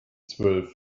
zwölf